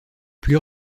plus